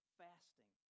fasting